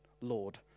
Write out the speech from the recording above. Lord